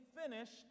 finished